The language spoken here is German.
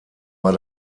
war